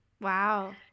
Wow